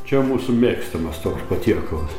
čia mūsų mėgstamas toks patiekalas